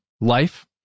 life